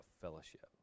fellowship